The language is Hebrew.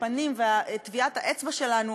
הפנים וטביעת האצבע שלנו,